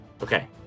Okay